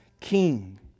king